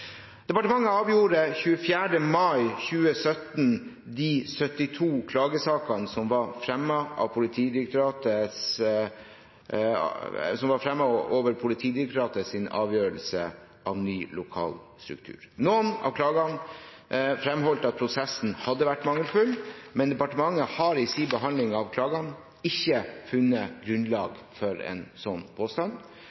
Departementet avgjorde 24. mai 2017 de 72 klagesakene som var fremmet over Politidirektoratets avgjørelse om ny lokal struktur. Noen av klagene fremholdt at prosessene hadde vært mangelfulle, men departementet har i sin behandling av klagene ikke funnet grunnlag